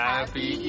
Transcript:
Happy